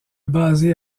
basé